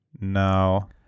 No